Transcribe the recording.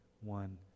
one